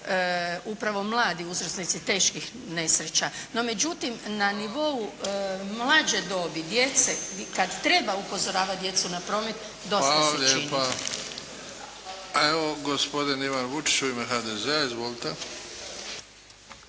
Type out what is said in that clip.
upravo mladi uzročnici teških nesreća. No, međutim, na nivou mlađe dobi, djece, kada treba upozoravati djecu na promet, dosta se čini. **Bebić, Luka (HDZ)** Hvala lijepa. Evo gospodin Ivan Vučić u ime HDZ-a. Izvolite.